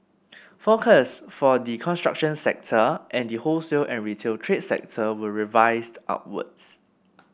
forecasts for the construction sector and the wholesale and retail trade sector were revised upwards